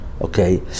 Okay